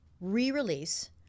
re-release